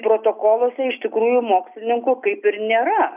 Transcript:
protokoluose iš tikrųjų mokslininkų kaip ir nėra